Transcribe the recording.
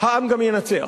העם גם ינצח.